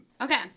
Okay